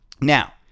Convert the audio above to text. Now